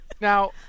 Now